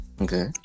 Okay